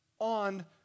on